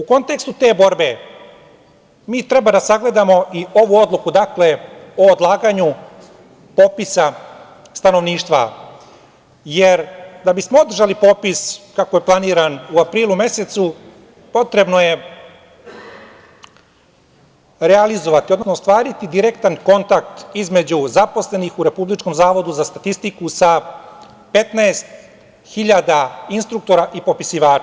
U kontekstu te borbe mi treba da sagledamo i ovu odluku o odlaganju popisa stanovništva, jer da bismo održali popis kako je planiran u aprilu mesecu, potrebno je realizovati, odnosno ostvariti direktan kontakt između zaposlenih u Republičkom zavodu za statistiku sa 15.000 instruktora i popisivača.